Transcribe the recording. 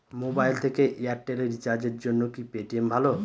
Mobile থেকে Airtel এ রিচার্জের জন্য কি পেটিএম ভালো?